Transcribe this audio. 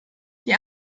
die